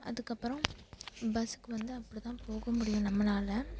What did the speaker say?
அதுக்கு அப்புறம் பஸ்க்கு வந்து அப்படி தான் போக முடியும் நம்மளால்